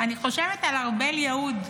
אני חושבת על ארבל יהוד,